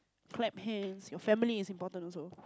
clap hands your family is important also